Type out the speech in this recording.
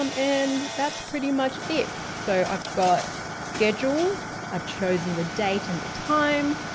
um and that's pretty much it. so i've got schedule, i've chosen the date and the time.